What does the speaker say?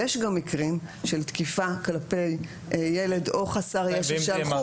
יש גם מקרים של תקיפה כלפי ילד או חסר ישע שהלכו